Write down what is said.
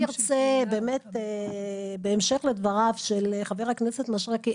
אני ארצה בהמשך לדבריו של חבר הכנסת משריקי,